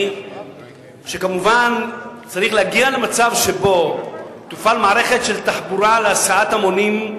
היא שכמובן צריך להגיע למצב שבו תופעל מערכת של תחבורה להסעת המונים,